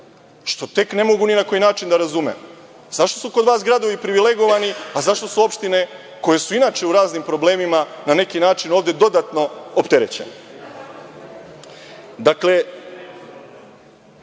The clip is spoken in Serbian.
što tek ne mogu ni na koji način da razumem. Zašto su kod vas gradovi privilegovani, a zašto su opštine, koje su i inače u raznim problemima, na neki način ovde dodatno opterećene? Peto,